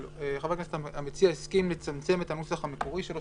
אבל חבר הכנסת המציע הציע לצמצם את הנוסח המקורי שלו,